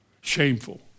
Shameful